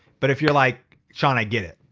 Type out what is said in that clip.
but if you're like sean, i get it,